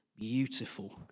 beautiful